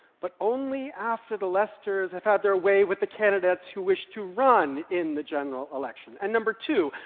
but only after the lesters have had their way with the candidates who wish to run in the general election. and number two,